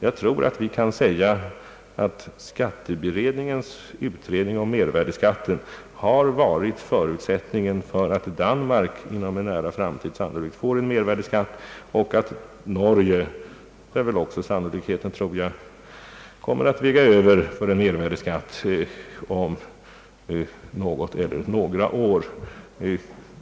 Jag tror att man kan påstå att skatteberedningens utredning om mervärdeskatten bar utgjort förutsättningen för att Danmark inom en sannolik nära framtid får en mervärdeskatt och att Norge — det tror jag också är sannolikt — kommer att allvarligt pröva en mervärdeskatt om något eller några år.